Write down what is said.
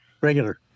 Regular